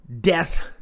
death